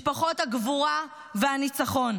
משפחות הגבורה והניצחון.